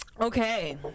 Okay